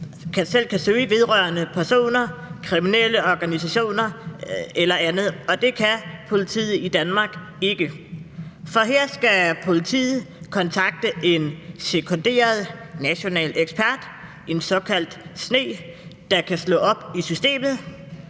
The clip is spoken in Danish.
selv kan søge på personer, kriminelle organisationer eller andet. Det kan politiet i Danmark ikke, for her skal politiet kontakte en sekunderet national ekspert, en såkaldt SNE, der kan slå op i systemet.